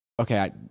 Okay